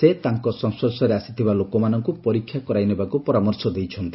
ସେ ତାଙ୍କ ସଂସର୍ଶରେ ଆସିଥିବା ଲୋକମାନଙ୍କୁ ପରୀକ୍ଷା କରାଇ ନେବାକୁ ପରାମର୍ଶ ଦେଇଛନ୍ତି